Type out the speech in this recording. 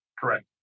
Correct